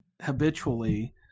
habitually